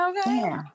okay